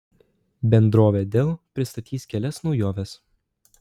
bendrovė dell pristatys kelias naujoves